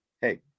Hey